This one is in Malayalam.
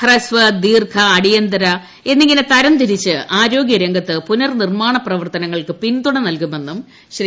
ഹ്രസ്വ ദീർഘ അടിയന്തിര എന്നിങ്ങനെ തരംതിരിച്ച് ആരോഗൃരംഗത്ത് പുനർനിർമ്മാണ പ്രവർത്തനങ്ങൾക്ക് പിന്തുണ നല്കുമെന്നും ശ്രീ